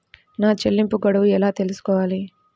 నా చెల్లింపు గడువు ఎలా తెలుసుకోవాలి?